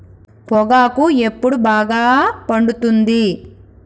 పొగాకు ఎప్పుడు బాగా పండుతుంది?